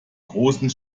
großen